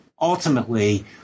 ultimately